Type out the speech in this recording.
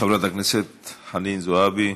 חברת הכנסת חנין זועבי,